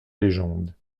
légende